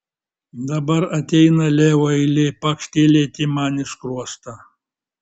dabar ateina leo eilė pakštelėti man į skruostą